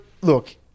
look